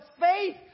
faith